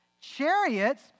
Chariots